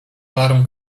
alarm